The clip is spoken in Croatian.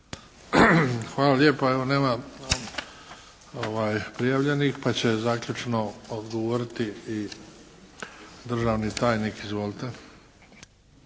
Hvala lijepa. Evo, nema prijavljenih pa će zaključno odgovoriti i državni tajnik. Izvolite!